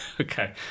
okay